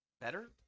better